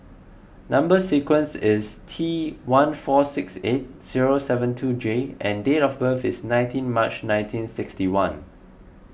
Number Sequence is T one four six eight zero seven two J and date of birth is nineteen March nineteen sixty one